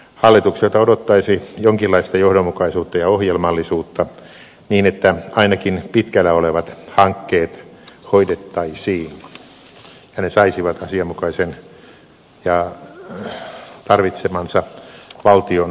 hallitukselta odottaisi jonkinlaista johdonmukaisuutta ja ohjemallisuutta niin että ainakin pitkällä olevat hankkeet hoidettaisiin ja ne saisivat asianmukaisen ja tarvitsemansa valtionosuuden